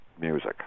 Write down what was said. music